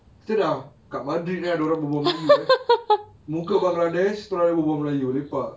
kita dah kat madrid eh dia orang bual bual melayu eh muka bangladesh berbual melayu lepak